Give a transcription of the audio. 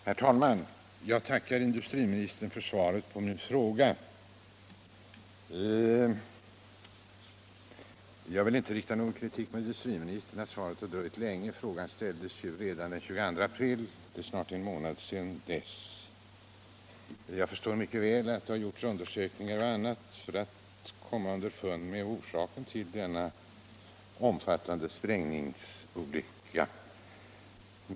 Herr talman! Jag tackar industriministern för svaret på min fråga. Jag vill inte rikta någon kritik mot industriministern för att svaret dröjt så länge. Frågan ställdes redan den 22 april - det är snart en månad sedan. Jag förstår mycket väl att det har gjorts undersökningar för att komma underfund med orsaken till denna omfattande sprängningsolycka.